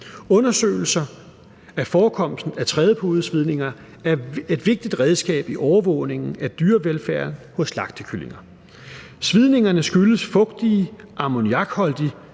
Undersøgelser af forekomsten af trædepudesvidninger er et vigtigt redskab i overvågningen af dyrevelfærden hos slagtekyllinger. Svidningerne skyldes fugtig, ammoniakholdig